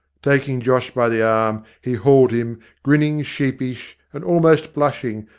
taking josh by the arm he hauled him, grinning, sheepish and almost blushing,